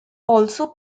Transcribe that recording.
also